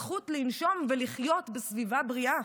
הזכות לנשום ולחיות בסביבה בריאה.